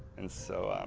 and so,